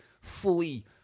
fully